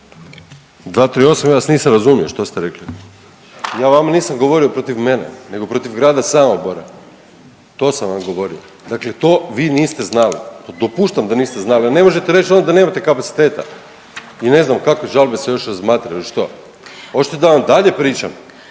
238. ja vas nisam razumio što ste rekli. Ja vama nisam govorio protiv mene nego protiv grada Samobora, to sam vam govorio, dakle to vi niste znali. … da niste znali, ali ne možete reć onda da nemate kapaciteta i ne znam kakve žalbe se još razmatraju i što. Hoćete da vam dalje pričam?